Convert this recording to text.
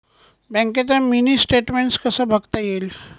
बँकेचं mini statement कसं बघता येईल?